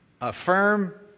affirm